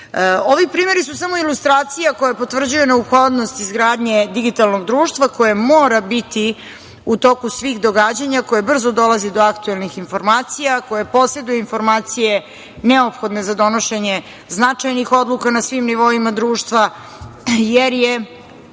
primeri su samo ilustracija koja potvrđuje neophodnost izgradnje digitalnog društva koja mora biti u toku svih događanja ,koja brzo dolazi do aktuelnih informacija, koja poseduje informacije neophodne za donošenje značajnih odluka na svim nivoima društva, jer je,